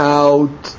out